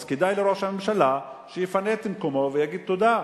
אז כדאי לראש הממשלה שיפנה את מקומו ויגיד תודה.